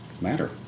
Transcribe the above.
matter